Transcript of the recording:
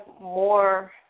more